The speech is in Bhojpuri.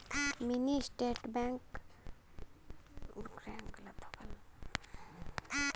मिनी स्टेटमेंट बैंक में उपलब्ध पैसा आउर पिछला दस लेन देन रहेला